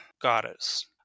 goddess